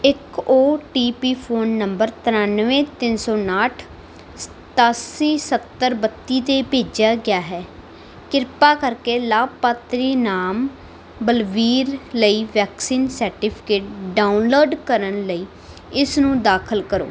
ਇੱਕ O T P phone number ਤ੍ਰਿਆਨਵੇਂ ਤਿੰਨ ਸੌ ਉਨਾਹਠ ਸਤਾਸੀ ਸੱਤਰ ਬੱਤੀ 'ਤੇ ਭੇਜਿਆ ਗਿਆ ਹੈ ਕਿਰਪਾ ਕਰਕੇ ਲਾਭਪਾਤਰੀ ਨਾਮ ਬਲਬੀਰ ਲਈ ਵੈਕਸੀਨ ਸਰਟੀਫਿਕੇਟ ਡਾਊਨਲੋਡ ਕਰਨ ਲਈ ਇਸਨੂੰ ਦਾਖਲ ਕਰੋ